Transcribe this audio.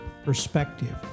perspective